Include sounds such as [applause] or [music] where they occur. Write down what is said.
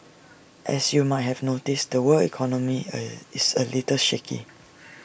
as you might have noticed the world economy [hesitation] is A little shaky